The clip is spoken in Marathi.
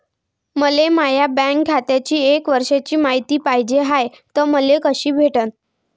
मले माया बँक खात्याची एक वर्षाची मायती पाहिजे हाय, ते मले कसी भेटनं?